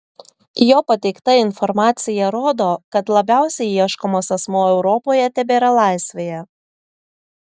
jo pateikta informacija rodo kad labiausiai ieškomas asmuo europoje tebėra laisvėje